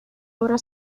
obra